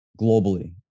globally